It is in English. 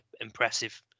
impressive